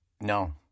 No